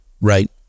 Right